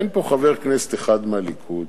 אין פה חבר כנסת אחד מהליכוד,